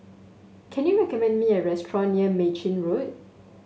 can you recommend me a restaurant near Mei Chin Road